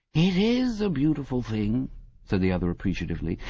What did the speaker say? it is a beautiful thing said the other appreciatively.